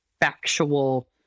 factual